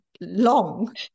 long